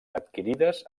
adquirides